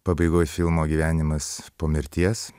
pabaigoj filmo gyvenimas po mirties